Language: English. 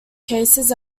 cases